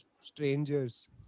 strangers